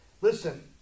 listen